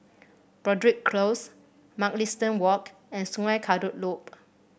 Broadrick Close Mugliston Walk and Sungei Kadut Loop